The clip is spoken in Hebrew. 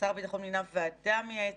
שר הביטחון מינה ועדה מייעצת,